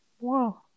Wow